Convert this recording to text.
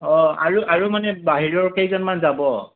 অ' আৰু আৰু মানে বাহিৰৰ কেইজনমান যাব